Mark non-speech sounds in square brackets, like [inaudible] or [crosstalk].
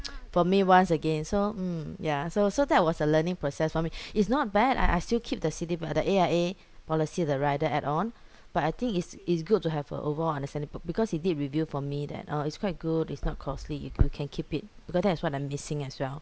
[noise] for me once again so mm yeah so so that was a learning process for me it's not bad I I still keep the citibank the A_I_A policy the rider add on but I think it's it's good to have a overall understanding pro~ because he did review for me that uh it's quite good it's not costly if you can keep it because that is what I'm missing as well